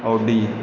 Audi